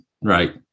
Right